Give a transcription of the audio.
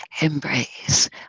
embrace